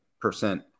percent